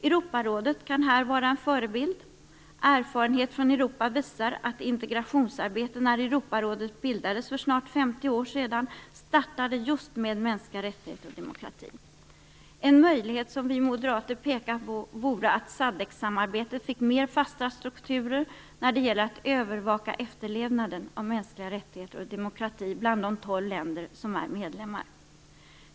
Europarådet kan här vara en förebild. Erfarenhet från Europa visar att integrationsarbetet när Europarådet bildades för snart 50 år sedan startade just med mänskliga rättigheter och demokrati. En möjlighet som vi moderater pekat på vore att SADC-samarbetet fick mer fasta strukturer när det gäller att övervaka efterlevnaden av mänskliga rättigheter och demokrati bland de tolv länder som är medlemmar.